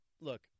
look